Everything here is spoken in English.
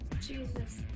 jesus